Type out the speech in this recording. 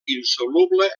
insoluble